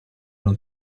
non